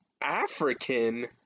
African